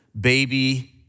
baby